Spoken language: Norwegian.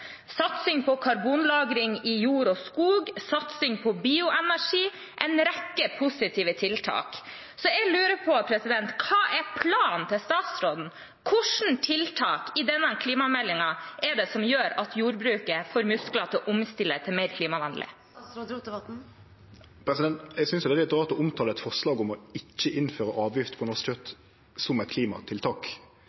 satsing på karbonlagring i jord og skog, satsing på bioenergi – en rekke positive tiltak. Så jeg lurer på: Hva er planen til statsråden? Hva slags tiltak i denne klimameldingen er det som gjør at jordbruket får muskler til å omstille til mer klimavennlig? Eg synest det er litt rart å omtale eit forslag om å ikkje innføre avgift på norsk kjøtt,